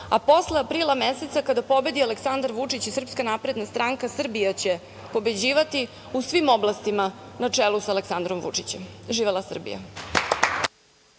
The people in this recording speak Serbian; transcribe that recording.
a posle aprila meseca kada pobedi Aleksandar Vučić i SNS, Srbija će pobeđivati u svim oblastima na čelu sa Aleksandrom Vučićem. Živela Srbija.